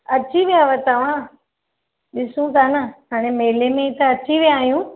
अची वियव तवां ॾिसूं था न हाणे मेले में त अची विया आहियूं